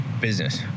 business